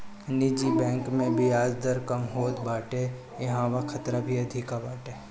निजी बैंक में बियाज दर कम होत बाटे इहवा खतरा भी अधिका बाटे